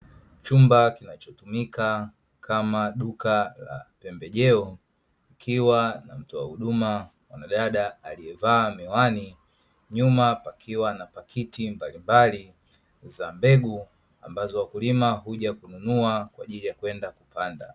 Chumba kinachotumika kama duka la pembejeo, kikiwa na mtoa huduma mwanadada alievaa miwani, nyuma pakiwa na pakiti mbalimbali za mbegu ambazo wakulima huja kununua kwaajili ya kwenda kupanda.